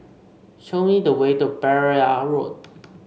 show me the way to Pereira Road